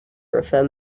refer